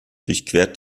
durchquert